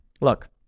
look